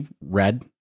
red